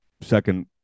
second